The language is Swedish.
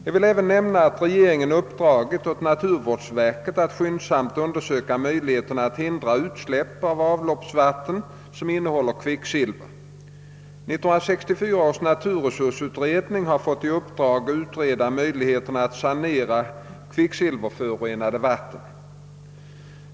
Jag vill även nämna att regeringen uppdragit åt naturvårdsverket att skyndsamt undersöka möjligheterna att hindra utsläpp av avloppsvatten, som innehåller kvicksilver. 1964 års naturresursutredning har fått i uppdrag att utreda möjligheterna att sanera kvicksilverförorenade vatten.